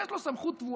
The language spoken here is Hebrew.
יש לו סמכות טבועה.